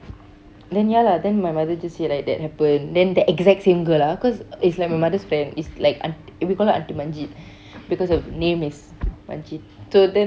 then ya lah then my mother just said that like happen then the exact same girl ah cause it's like my mother's friend is like aunt~ we call her aunty manjeet because her name is manjeet so then